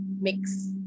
mix